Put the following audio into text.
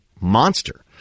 monster